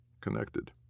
Connected